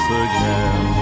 again